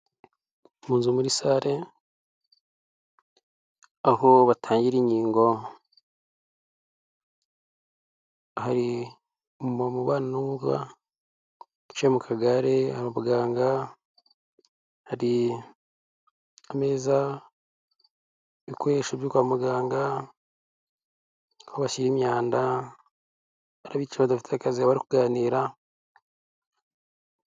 Muri sale aho batangira inkingo, hari ubana n'ubumuga ari mu kagare kwa muganga hari ameza ibikoresho byo kwa muganga aho bashyira imyanda hari abadafite akazi bari kuganira.